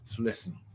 listen